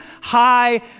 high